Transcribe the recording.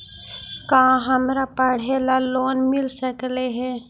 का हमरा पढ़े ल लोन मिल सकले हे?